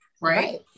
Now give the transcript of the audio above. Right